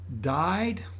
died